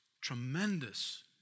tremendous